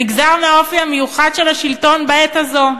כנגזר מהאופי המיוחד של השלטון בעת הזאת.